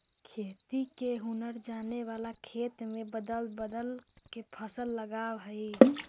खेती के हुनर जाने वाला खेत में बदल बदल के फसल लगावऽ हइ